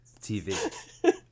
TV